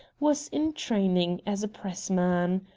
was in training as a pressman.